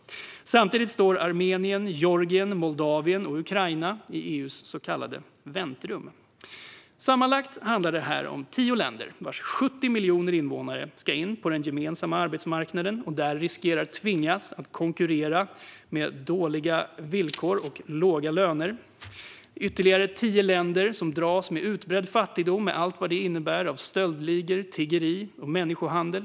Samtidigt står Armenien, Georgien, Moldavien och Ukraina i EU:s så kallade väntrum. Sammanlagt handlar det här om 10 länder vilkas 70 miljoner invånare ska in på den gemensamma arbetsmarknaden, och där riskerar man att tvingas konkurrera med låga löner och dåliga villkor. Det handlar om ytterligare tio länder som dras med utbredd fattigdom med allt vad det innebär av stöldligor, tiggeri och människohandel.